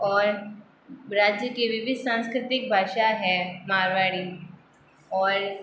और राज्य के विविध सांस्कृतिक भाषा है मारवाड़ी और